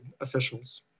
officials